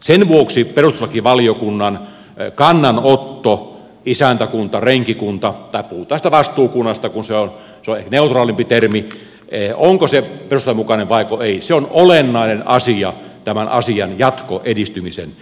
sen vuoksi perustuslakivaliokunnan kannanotto isäntäkuntarenkikuntaan tai puhutaan siitä vastuukunnasta kun se on neutraalimpi termi onko se perustuslain mukainen vaiko ei on olennainen asia tämän asian jatkoedistymisen kannalta